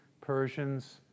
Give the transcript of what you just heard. persians